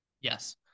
Yes